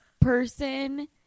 person